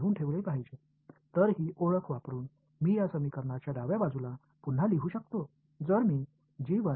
எனவே இந்த அடையாளத்தைப் பயன்படுத்தி இந்த சமன்பாட்டின் இடது புறத்தை மீண்டும் எழுத முடியுமா